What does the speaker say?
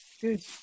Good